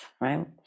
right